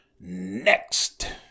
Next